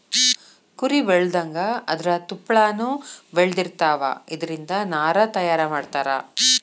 ಕುರಿ ಬೆಳದಂಗ ಅದರ ತುಪ್ಪಳಾನು ಬೆಳದಿರತಾವ, ಇದರಿಂದ ನಾರ ತಯಾರ ಮಾಡತಾರ